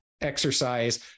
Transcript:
exercise